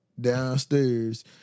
downstairs